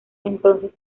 entonces